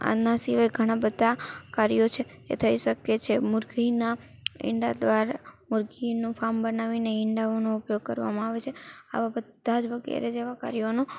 આના સિવાય ઘણાં બધાં કાર્યો છે એ થઈ શકે છે મુર્ગીના ઈંડા દ્વારા મુર્ગીનું ફાર્મ બનાવીને ઈંડાઓનો ઉપયોગ કરવામાં આવે છે આવા બધા જ વગેરે જેવા કાર્યોનો